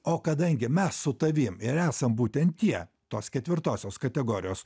o kadangi mes su tavim ir esam būtent tie tos ketvirtosios kategorijos